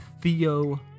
Theo